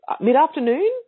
Mid-afternoon